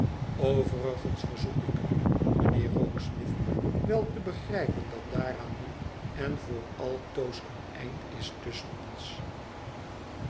overigens verzoek ik u mijnheer rokesmith wel te begrijpen dat daaraan nu en voor altoos een eind is tusschen ons